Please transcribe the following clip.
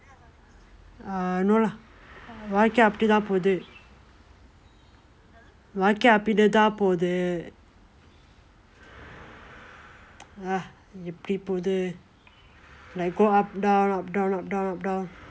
uh no lah வாழ்க்கை அப்படி தான் போது:valkkai appadi thaan pothu like go up down up down up down